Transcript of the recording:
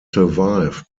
survived